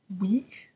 week